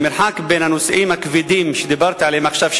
המרחק בין הנושאים הכבדים שדיברתי עליהם עכשיו,